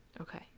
Okay